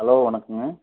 hello வணக்கங்க